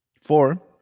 four